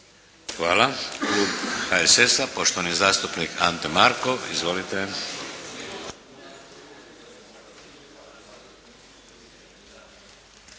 Hvala. Klub HSS-a, poštovani zastupnik Ante Markov. Izvolite.